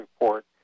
report